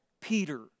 Peter